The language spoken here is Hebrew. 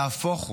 נהפוך הוא,